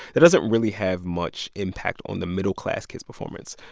that doesn't really have much impact on the middle-class kid's performance.